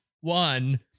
One